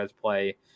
play